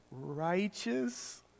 righteous